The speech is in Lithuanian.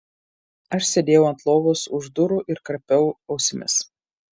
aš sėdėjau ant lovos už durų ir karpiau ausimis